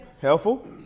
Helpful